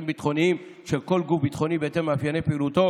הביטחוניים של כל גוף ביטחוני בהתאם למאפייני פעילותו